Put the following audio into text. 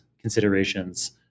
considerations